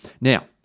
Now